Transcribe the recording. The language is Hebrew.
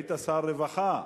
היית שר רווחה,